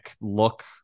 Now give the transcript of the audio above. look